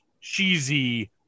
cheesy